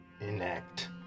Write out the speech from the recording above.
enact